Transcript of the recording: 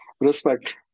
respect